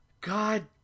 God